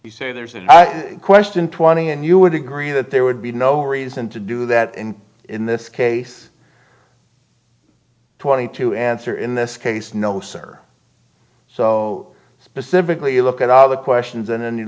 you say there's a question twenty and you would agree that there would be no reason to do that and in this case twenty to answer in this case no sir so specifically you look at all the questions and then you